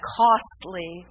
costly